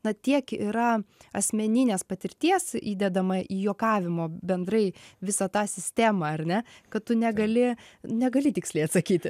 na tiek yra asmeninės patirties įdedama į juokavimo bendrai visą tą sistemą ar ne kad tu negali negali tiksliai atsakyti